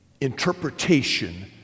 interpretation